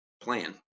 plan